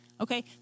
Okay